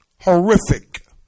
horrific